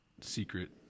secret